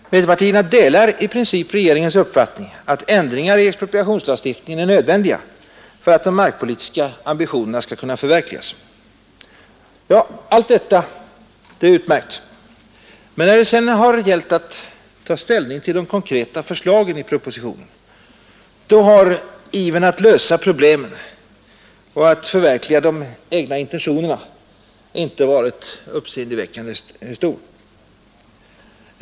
De delar i princip regeringens uppfattning att ändringar i expropriationslagstifningen är nödvändiga för att de markpolitiska ambitionerna skall kunna förverkligas. Ja, allt detta är utmärkt. Men när det sedan har gällt att ta ställning till de konkreta förslagen i propositionen, då har ivern att lösa problemen och förverkliga de egna intentionerna inte varit uppseendeväckande stor.